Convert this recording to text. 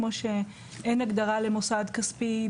כמו שאין הגדרה למוסד כספי,